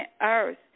earth